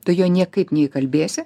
tu jo niekaip neįkalbėsi